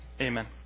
Amen